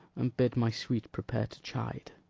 and bid my sweet prepare to chide.